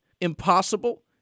Impossible